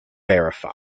verify